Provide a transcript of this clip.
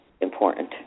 important